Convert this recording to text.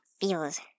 feels